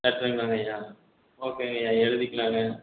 லெட்டருங்க தானே ஐயா ஓகேங்க ஐயா எழுதிக்கலாம்ங்க